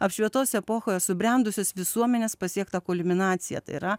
apšvietos epochoje subrendusios visuomenės pasiektą kulminaciją tai yra